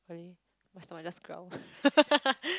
really my stomach just growled